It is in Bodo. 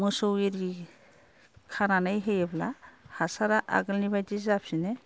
मोसौ एरि खानानै होयोब्ला हासारआ आगोलनि बादि जाफिनो